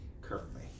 Currently